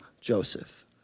Joseph